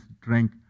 Drink